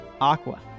Aqua